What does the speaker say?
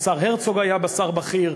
השר הרצוג היה בה שר בכיר,